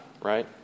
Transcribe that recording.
right